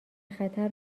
خطر